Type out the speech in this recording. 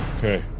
okay,